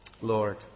Lord